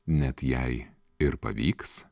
net jei ir pavyks